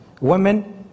women